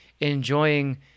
enjoying